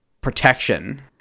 protection